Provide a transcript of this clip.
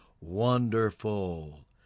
Wonderful